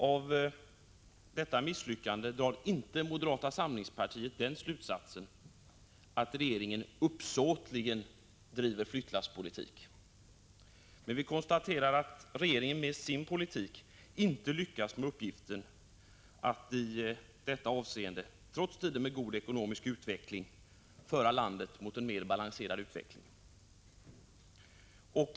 Av detta misslyckande drar inte moderata samlingspartiet den slutsatsen att regeringen uppsåtligen driver flyttlasspolitik. Men vi konstaterar att regeringen med sin politik inte lyckas med uppgiften att i detta avseende, trots tider med god ekonomisk utveckling, föra landet mot en mera balanserad utveckling.